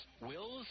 Wills